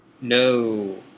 No